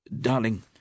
Darling